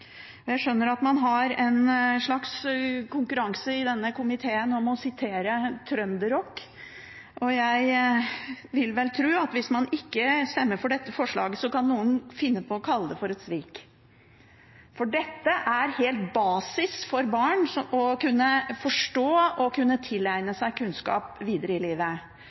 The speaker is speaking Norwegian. Jeg skjønner at man har en slags konkurranse i denne komiteen om å sitere trønderrock, og jeg vil vel tro at hvis man ikke stemmer for dette forslaget, kan noen finne på å «kaill det før et svik». For det er helt basisen for barn å kunne forstå og kunne tilegne seg kunnskap videre i livet.